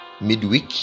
midweek